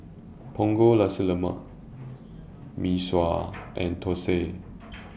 Punggol Nasi Lemak Mee Sua and Thosai